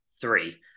three